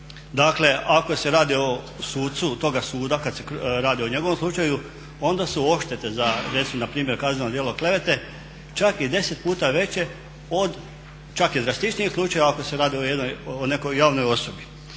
Dakle ako se radio sudcu toga suda kada se radi o njegovom slučaju onda su odštete za recimo npr. kazneno djelo klevete čak i 10 puta veće od, čak i drastičnijih slučajeva ako se radi o jednoj, o nekoj javnoj osobi.